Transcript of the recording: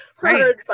Right